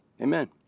Amen